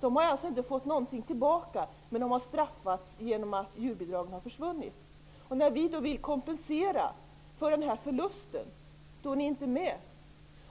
De har inte fått tillbaka någonting, utan de har straffats genom att djurbidraget har försvunnit. När vi då vill kompensera för den förlusten är ni inte med.